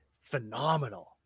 phenomenal